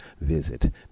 visit